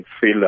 feel